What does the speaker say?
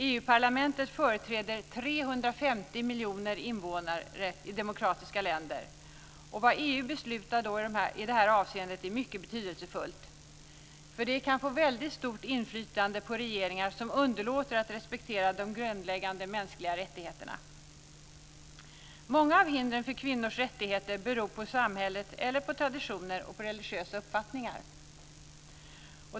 Europaparlamentet företräder 350 miljoner invånare i demokratiska länder, och vad EU beslutar i detta avseende är mycket betydelsefullt. Det kan få väldigt stort inflytande på regeringar som underlåter att respektera de grundläggande mänskliga rättigheterna. Många av hindren för kvinnors rättigheter beror på samhället eller på traditioner och religiösa uppfattningar.